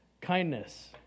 Kindness